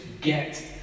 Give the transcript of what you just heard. get